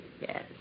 Yes